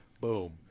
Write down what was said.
Boom